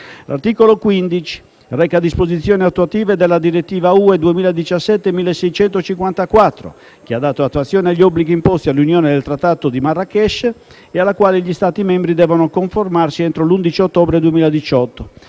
L'articolo 15 reca disposizioni attuative della direttiva UE 2017/1654, che ha dato attuazione agli obblighi imposti all'Unione dal Trattato di Marrakesh e alla quale gli Stati membri devono conformarsi entro 1'11 ottobre 2018.